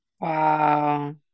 Wow